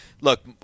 Look